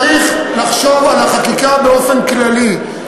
צריך לחשוב על החקיקה באופן כללי,